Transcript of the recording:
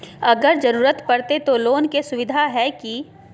अगर जरूरत परते तो लोन के सुविधा है की?